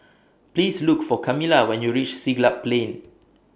Please Look For Camilla when YOU REACH Siglap Plain